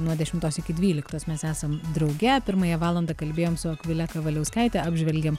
nuo dešimtos iki dvyliktos mes esam drauge pirmąją valandą kalbėjom su akvile kavaliauskaite apžvelgėm